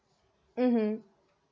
mmhmm